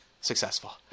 successful